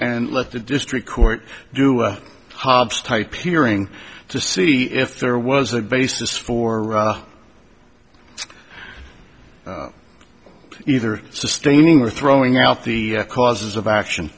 and let the district court do hobbs type hearing to see if there was a basis for either sustaining or throwing out the causes of action